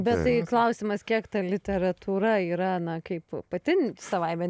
bet tai klausimas kiek ta literatūra yra na kaip pati savaime